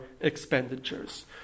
expenditures